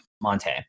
Monte